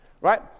Right